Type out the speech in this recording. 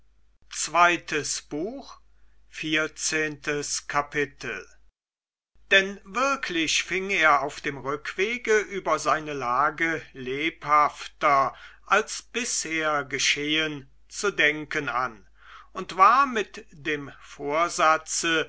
vierzehntes kapitel denn wirklich fing er auf dem rückwege über seine lage lebhafter als bisher geschehen zu denken an und war mit dem vorsatze